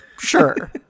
Sure